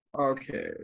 Okay